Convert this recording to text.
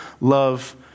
love